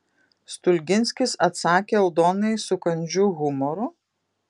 stulginskis atsakė aldonai su kandžiu humoru